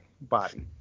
body